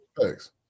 Thanks